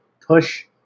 push